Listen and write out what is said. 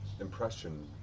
impression